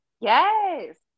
Yes